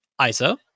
ISO